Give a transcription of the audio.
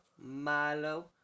Milo